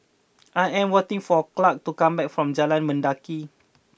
I am waiting for Clark to come back from Jalan Mendaki